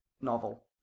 Novel